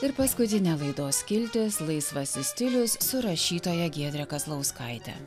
ir paskutinė laidos skiltis laisvasis stilius su rašytoja giedre kazlauskaite